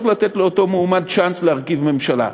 לתת לאותו מועמד צ'אנס להרכיב ממשלה.